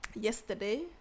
yesterday